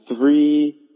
three